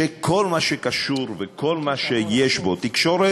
שכל מה שקשור וכל מה שיש בו תקשורת,